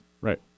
Right